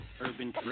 Urban